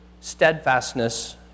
steadfastness